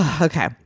Okay